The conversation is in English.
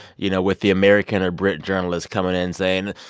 you know, with the american or brit journalist coming in, saying,